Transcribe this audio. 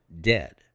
dead